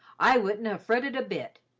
i wouldn't ha' fretted a bit,